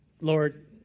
Lord